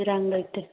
ꯏꯔꯥꯡ ꯂꯩꯇꯦ